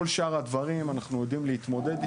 עם כל שאר הדברים אנחנו יודעים להתמודד,